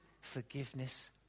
forgiveness